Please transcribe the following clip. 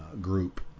group